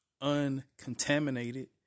uncontaminated